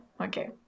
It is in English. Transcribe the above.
Okay